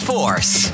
Force